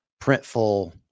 printful